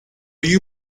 you